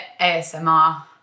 ASMR